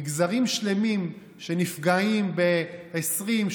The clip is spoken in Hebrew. מגזרים שלמים שנפגעים ב-20%,